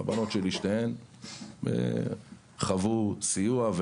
הבנות שלי שתיהן חוו סיוע,